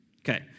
Okay